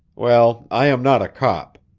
well, i am not a cop.